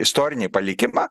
istorinį palikimą